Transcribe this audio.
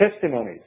testimonies